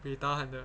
buay tahan 的